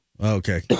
Okay